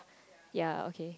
ya okay